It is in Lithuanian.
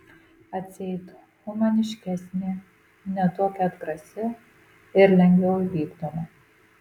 atseit humaniškesnė ne tokia atgrasi ir lengviau įvykdoma